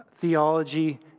theology